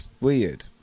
weird